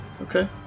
Okay